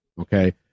okay